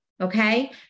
okay